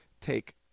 take